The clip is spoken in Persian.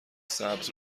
سبز